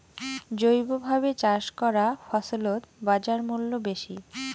জৈবভাবে চাষ করা ফছলত বাজারমূল্য বেশি